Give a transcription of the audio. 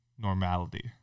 Normality